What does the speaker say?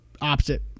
opposite